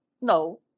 no